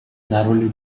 narrowly